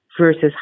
versus